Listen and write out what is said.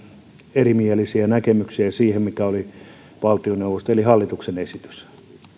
erimielisiä näkemyksiä siitä mikä oli valtioneuvoston eli hallituksen esitys